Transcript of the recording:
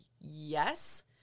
yes